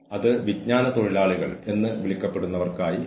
അത് മതിയായതും ബുദ്ധിമുട്ടുള്ളതും വെല്ലുവിളി നിറഞ്ഞതുമായിരിക്കണം